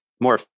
more